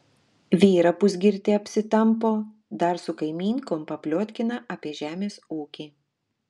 vyrą pusgirtį apsitampo dar su kaimynkom papliotkina apie žemės ūkį